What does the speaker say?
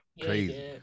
Crazy